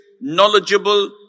knowledgeable